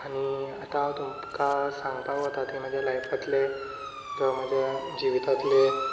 आनी आता तुमकां सांगपाक वता ते म्हज्या लायफांतले जावं म्हज्या जिवीतांतले